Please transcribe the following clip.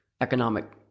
economic